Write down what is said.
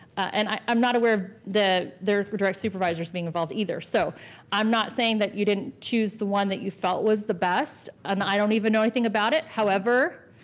and i'm not aware of their direct supervisors being involved either so i'm not saying that you didn't choose the one that you felt was the best. and i don't even know anything about it. however,